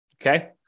okay